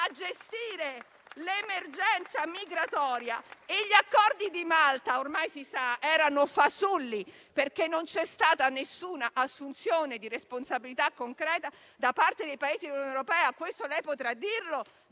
gestire l'emergenza migratoria. Gli accordi di Malta - ormai si sa - erano fasulli, perché non c'è stata alcuna assunzione di responsabilità concreta da parte dei Paesi dell'Unione europea. Questo lei potrà dirlo